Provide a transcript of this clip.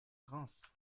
reims